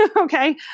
Okay